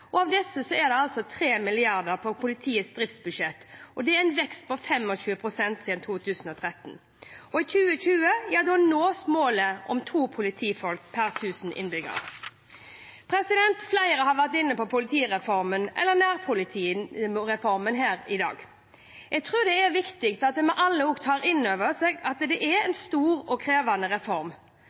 tiltrådte. Av disse er 3 mrd. kr på politiets driftsbudsjett, og det er en vekst på 25 pst. siden 2013. I 2020 nås målet om to politifolk per tusen innbyggere. Flere har vært inne på politireformen, eller nærpolitireformen, her i dag. Jeg tror det er viktig at vi alle tar inn over oss at dette er en stor og krevende reform.